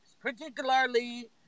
particularly